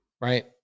right